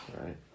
right